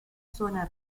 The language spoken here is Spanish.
zona